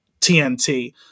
TNT